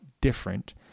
different